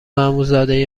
عموزاده